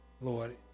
lord